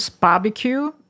Barbecue